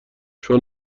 چون